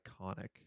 iconic